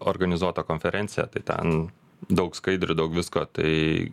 organizuota konferencija tai ten daug skaidrių daug visko tai